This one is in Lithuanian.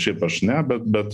šiaip aš ne be bet